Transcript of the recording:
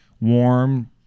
Warm